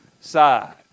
side